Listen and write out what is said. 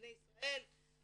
בני ישראל וכו'.